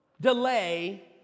delay